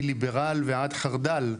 מליברל ועד חרד"ל,